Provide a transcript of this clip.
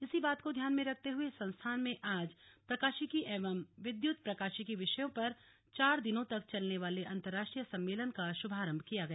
इसी बात को ध्यान में रखते हुए संस्थान में आज प्रकाशिकी एवं विध्त प्रकाशिकी विषय पर चार दिनों तक चलने वाले अंतरराष्ट्रीय सम्मेलन का शुभारम्भ किया गया